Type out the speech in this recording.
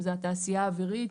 אם זה התעשייה האווירית.